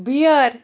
beer